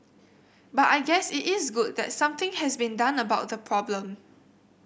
but I guess it is good that something has been done about the problem